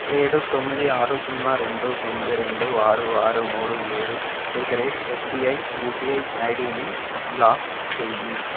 ఏడు తొమ్మిది ఆరు సున్నా రెండు తొమ్మిది రెండు ఆరు ఆరు మూడు ఏడు at the rate SBI UPI ఐడిని బ్లాక్ చేయి